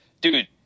dude